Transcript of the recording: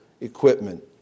equipment